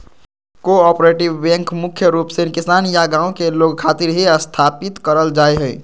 cooperative bank मुख्य रूप से किसान या गांव के लोग खातिर ही स्थापित करल जा हय